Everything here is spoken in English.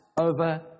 over